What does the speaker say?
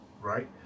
Right